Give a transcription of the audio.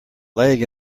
leg